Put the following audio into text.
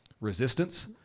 resistance